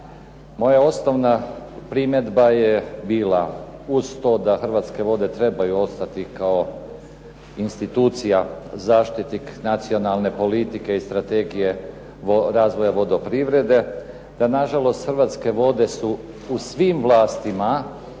Moja osnovna primjedba je bila uz to da "Hrvatske vode" trebaju ostati kao institucija zaštitnik nacionalne politike i strategije razvoja vodoprivrede, da nažalost "Hrvatske vode" su u svim vlastima,